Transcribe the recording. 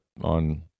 on